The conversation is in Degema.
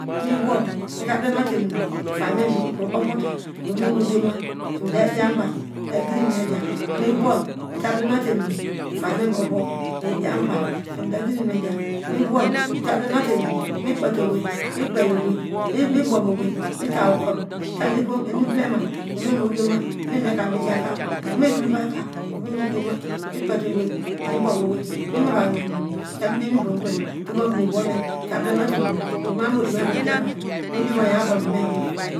Miwol mita blemate enu ifainy me ovote ivom me modioma medre dian mu ovai meta gidi inum nu me me diya miwol mita blemate enu ifany me movowo mita dian mu ovai meta gidi inum nu meme diya miwol meblema te enn mikpete owei me bo wei mibomo ewiei mita okon mita enu blema ivome modioma ieimeka mijaka ohome yitul ovaika mikpete owo mibomowei me mava hinimo meda diom ivom kpei dokokonun wole ta blemate enu ivom diomayo a bonu me.